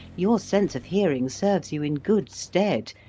your sense of hearing serves you in good stead,